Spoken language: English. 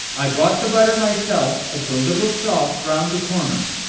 i bought the butter myself at the little shop round the corner.